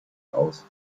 aus